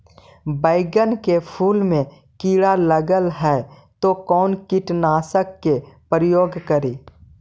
बैगन के फुल मे कीड़ा लगल है तो कौन कीटनाशक के प्रयोग करि?